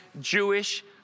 Jewish